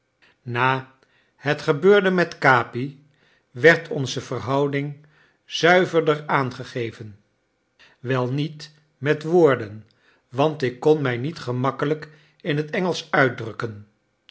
na het gebeurde met capi werd onze verhouding zuiverder aangegeven wel niet met woorden want ik kon mij niet gemakkelijk in het engelsch uitdrukken